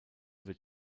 wird